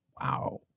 Wow